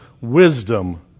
wisdom